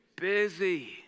busy